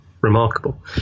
remarkable